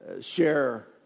share